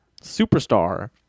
superstar